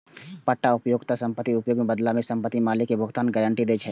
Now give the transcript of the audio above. पट्टा उपयोगकर्ता कें संपत्तिक उपयोग के बदला मे संपत्ति मालिक कें भुगतान के गारंटी दै छै